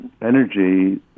Energy